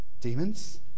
Demons